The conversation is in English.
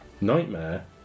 Nightmare